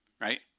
right